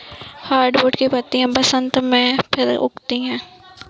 hardwood की पत्तियां बसन्त में फिर उगती हैं